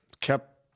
kept